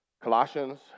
Colossians